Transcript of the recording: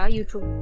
YouTube